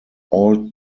all